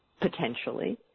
potentially